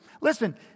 Listen